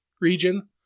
region